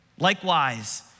Likewise